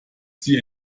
sie